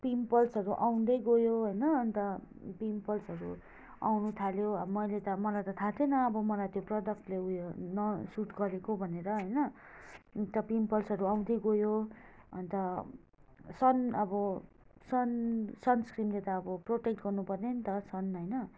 पिम्पल्सहरू आउँदै गयो होइन अन्त पिम्पल्सहरू आउनु थाल्यो अब मैले त मलाई त थाहा थिएन अब मलाई त्यो प्रोडक्टले उयो न सूट गरेको भनेर होइन अन्त पिम्पल्सहरू आउँदै गयो अन्त सन् अब सन् सन्सक्रिमले त अब प्रोटेक्ट गर्नुपर्ने नि त सन् होइन